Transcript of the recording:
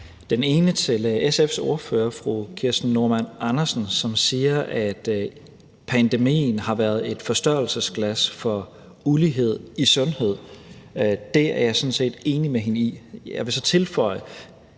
Den ene er til SF's ordfører, fru Kirsten Normann Andersen, som siger, at pandemien har været et forstørrelsesglas for uligheden i forhold til sundhed. Det er jeg sådan set enig med hende i. Jeg vil så tilføje